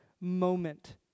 moment